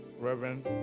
reverend